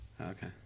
okay